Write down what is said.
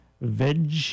Veg